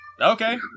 Okay